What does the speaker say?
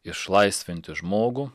išlaisvinti žmogų